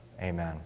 Amen